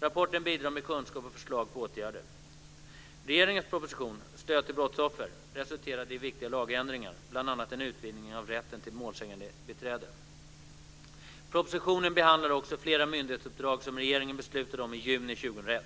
Rapporten bidrar med kunskap och förslag på åtgärder. en utvidgning av rätten till målsägandebiträde. Propositionen behandlar också flera myndighetsuppdrag som regeringen beslutade om i juni 2001.